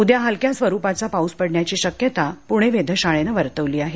उद्या हलक्या स्वरूपाचा पाऊस पडण्याची शक्यता पुणे वेधशाळेनं वर्तवली आहे